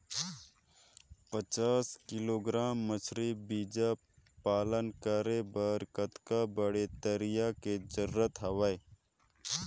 पचास किलोग्राम मछरी बीजा पालन करे बर कतका बड़े तरिया के जरूरत हवय?